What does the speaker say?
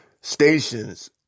stations